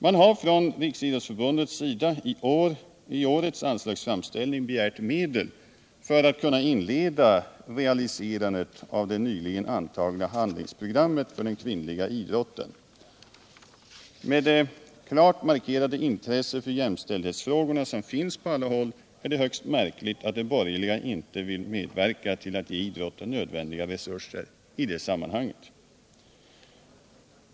Man har från Riksidrottsförbundets sida i årets anslagsframställning begärt medel för att kunna inleda realiserandet av sitt nyligen antagna handlingsprogram för den kvinnliga idrotten. Med det klart markerade intresse för jämställdhetsfrågorna som finns på alla håll är det högst märkligt att de borgerliga inte vill medverka till att ge idrotten nödvändiga resurser i sammanhanget.